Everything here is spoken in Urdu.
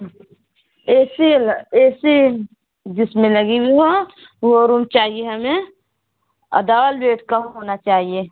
اے سی اے سی جس میں لگی ہوئی ہو وہ روم چاہیے ہمیں اور ڈول بیڈ کا ہونا چاہیے